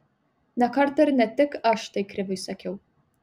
ne kartą ir ne tik aš tai kriviui sakiau